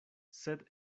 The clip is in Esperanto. sed